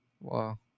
Wow